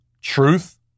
truth